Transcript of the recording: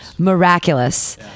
miraculous